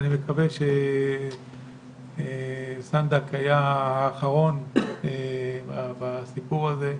אני מקווה שסנדק היה האחרון בסיפור הזה,